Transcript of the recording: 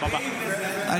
זה לא שאריות.